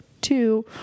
two